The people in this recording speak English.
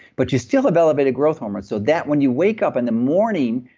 but you still have elevated growth hormone so that when you wake up in the morning,